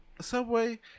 Subway